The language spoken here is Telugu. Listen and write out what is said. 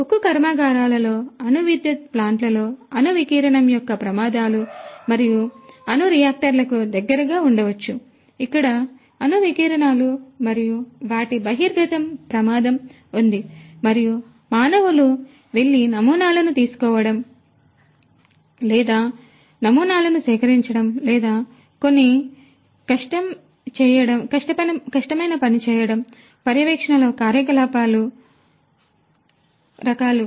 ఉక్కు కర్మాగారాలలో అణు విద్యుత్ ప్లాంట్లలో అణు వికిరణం యొక్క ప్రమాదాలు మరియు అణు రియాక్టర్లకు దగ్గరగా ఉండవచ్చు ఇక్కడ అణు వికిరణాలు మరియు వాటి బహిర్గతం ప్రమాదం ఉంది మరియు మానవులు వెళ్లి నమూనాలను తీసుకోవడం లేదా నమూనాలను సేకరించడం లేదా కొన్ని చేయడం కష్టం పర్యవేక్షణ కార్యకలాపాల రకాలు